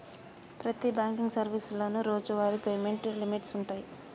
ప్రతి బాంకింగ్ సర్వీసులోనూ రోజువారీ పేమెంట్ లిమిట్స్ వుంటయ్యి